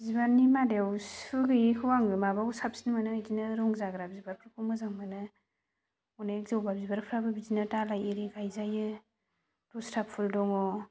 बिबारनि मादाव सु गैयिखौ आङो माबाखौ साबसिन मोनो बिदिनो रं जाग्रा बिबारफोरखौ मोजां मोनो अनेक जबा बिबारफोराबो बिदिनो दालाय आरि गायजायो दस्रा फुल दङ